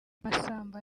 masamba